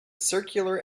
circular